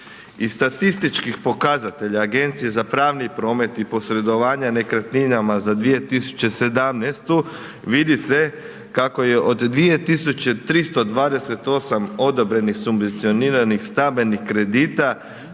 Iz statističkih pokazatelja Agencije za pravni promet i posredovanje nekretninama za 2017. vidi se kako je od 2.328 odobrenih subvencioniranih stambenih kredita